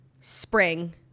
spring